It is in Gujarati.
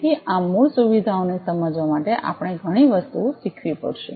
તેથી આ મૂળ સુવિધાઓને સમજવા માટે આપણે ઘણી વસ્તુઓ શીખવી પડશે